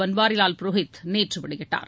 பன்வாரிலால் புரோஹித் நேற்று வெளியிட்டார்